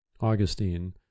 Augustine